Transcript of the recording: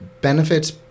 benefits